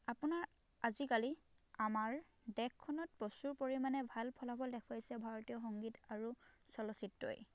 আপোনাৰ আজিকালি আমাৰ দেশখনত প্ৰচুৰ পৰিমাণে ভাল ফলাফল দেখুৱাইছে ভাৰতীয় সংগীত আৰু চলচিত্ৰই